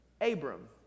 Abram